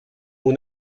mon